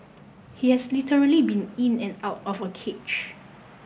he has literally been in and out of a cage